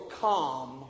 calm